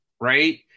right